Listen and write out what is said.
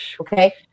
okay